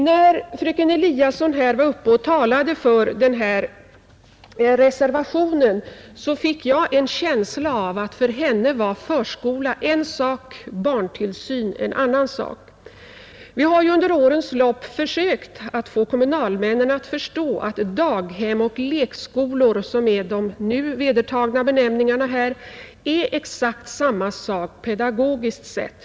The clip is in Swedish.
När fröken Eliasson talade för denna reservation fick jag en känsla av att för henne var förskola en sak och barntillsyn en annan. Vi har ju under årens lopp försökt få kommunalmännen förstå att daghem och lekskolor, som är de nu vedertagna benämningarna, är exakt samma sak pedagogiskt sett.